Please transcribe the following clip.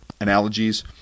Analogies